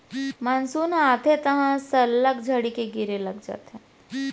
monsoon ह आथे तहॉं ले सल्लग झड़ी गिरे लग जाथे